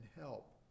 help